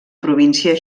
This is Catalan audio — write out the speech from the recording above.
província